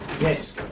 Yes